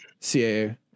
CAA